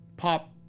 Pop